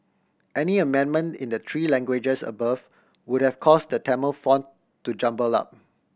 any amendment in the three languages above would have caused the Tamil font to jumble up